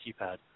keypad